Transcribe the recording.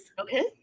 Okay